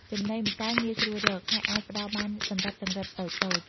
ចំណីម្សៅងាយស្រួលរក ហើយអាចផ្តល់បានសម្រាប់ចង្រិតតូចៗ។